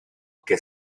que